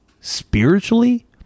spiritually